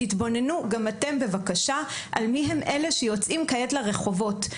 תתבוננו גם אתם בבקשה על מי הם אלה שיוצאים כעת לרחובות.